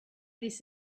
this